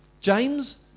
James